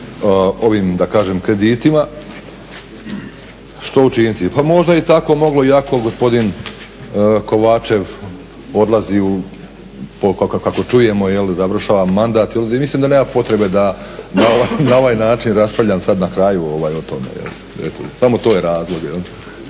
ovim da kažem kreditima što učiniti? Pa možda je i tako moglo ionako gospodin Kovačev odlazi kako čujemo jel, završava mandat i mislim da nema potrebe da na ovaj način raspravljam sad na kraju o tome. Eto, samo to je razlog